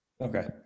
Okay